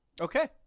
Okay